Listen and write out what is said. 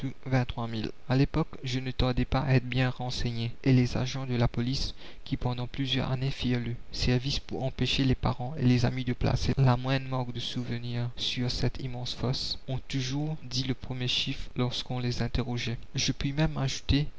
vingt-trois mille a l'époque je ne tardai pas à être bien renseigné et les agents de la police qui pendant plusieurs années firent le service pour empêcher les parents et les amis de placer la moindre marque de souvenir sur cette immense fosse ont toujours dit le premier chiffre lorsqu'on les interrogeait je puis même ajouter